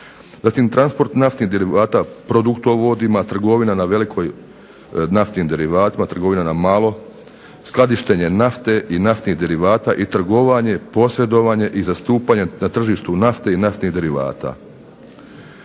zatim transport naftnih derivata produktovodima, trgovina na veliko naftnim derivatima, trgovina na malo, skladištenje nafte i naftnih derivata i trgovanje, posredovanje i zastupanje na tržištu nafte i naftnih derivata.